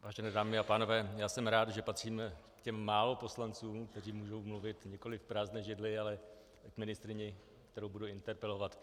Vážené dámy a pánové, já jsem rád, že patřím k těm málo poslancům, kteří můžou mluvit nikoliv k prázdné židli, ale k ministryni, kterou budu interpelovat.